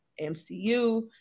MCU